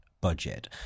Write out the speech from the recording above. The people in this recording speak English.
budget